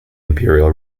imperial